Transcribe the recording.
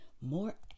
more